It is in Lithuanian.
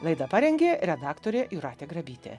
laidą parengė redaktorė jūratė grabytė